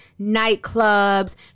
nightclubs